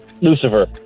Lucifer